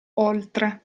oltre